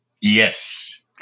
Yes